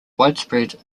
widespread